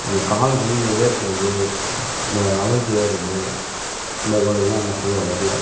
நம்ம காலுக்கு வந்து இந்த வேர்க்கிறது இந்த அலர்ஜி வர்றது இந்த விளைவுல்லாம் அந்த ஷூல வரலை